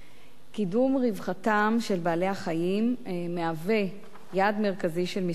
קידום רווחתם של בעלי-החיים מהווה יעד מרכזי של משרדי.